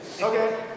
okay